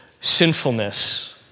sinfulness